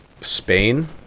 Spain